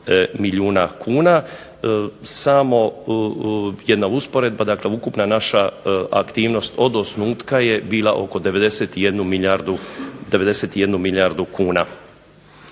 milijuna kuna. Samo jedna usporedba, dakle ukupna naša aktivnost od osnutka je bila od oko 91 milijardu kuna.